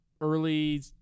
early